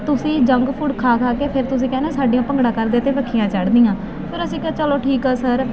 ਤੁਸੀਂ junk food ਖਾ ਖਾ ਕੇ ਫਿਰ ਤੁਸੀਂ ਕਹਿੰਦੇ ਹੋ ਸਾਡੇ ਭੰਗੜਾ ਕਰਦੇ ਅਤੇ ਵੱਖੀਆਂ ਚੜ੍ਹਦੀਆਂ ਫਿਰ ਅਸੀਂ ਕਿਹਾ ਚਲੋ ਠੀਕ ਆ ਸਰ